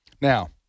now